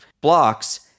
blocks